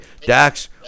Dax